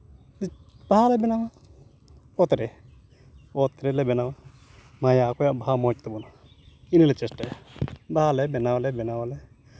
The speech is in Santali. ᱵᱟᱦᱟ ᱞᱮ ᱵᱮᱱᱟᱣᱟ ᱚᱛ ᱨᱮ ᱚᱛ ᱨᱮᱞᱮ ᱵᱮᱱᱟᱣᱟ ᱢᱟᱭᱟ ᱚᱠᱚᱭᱟᱜ ᱵᱟᱦᱟ ᱢᱚᱡᱽ ᱛᱟᱵᱚᱱᱟ ᱤᱱᱟᱹᱞᱮ ᱪᱮᱥᱴᱟᱭᱟ ᱵᱟᱦᱟᱞᱮ ᱵᱮᱱᱟᱣ ᱟᱞᱮ ᱵᱮᱱᱟᱣ ᱟᱞᱮ